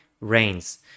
rains